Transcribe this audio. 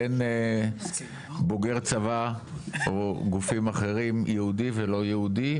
בין בוגר צבא או גופים אחרים יהודי ולא יהודי,